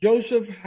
Joseph